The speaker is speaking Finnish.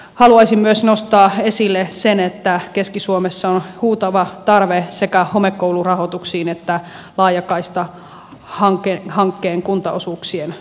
haluaisin myös nostaa esille sen että keski suomessa on huutava tarve sekä homekoulurahoituksiin että laajakaistahankkeen kuntaosuuksien nostamiseen